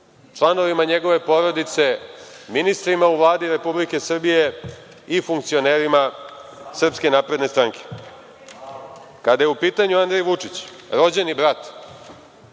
članovima njegove porodice, ministrima u Vladi Republike Srbije i funkcionerima SNS.Kada je u pitanju Andrej Vučić, rođeni brat